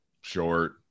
short